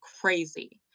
crazy